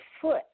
foot